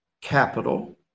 capital